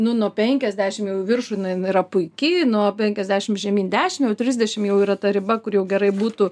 nu nuo penkiasdešim jau į viršų yra puiki nuo penkiasdešim žemyn dešim jau trisdešim jau yra ta riba kur jau gerai būtų